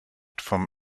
vom